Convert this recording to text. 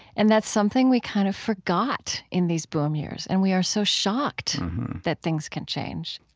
and that's something we kind of forgot in these boom years, and we are so shocked that things could change.